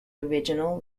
original